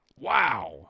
Wow